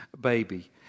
baby